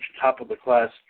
top-of-the-class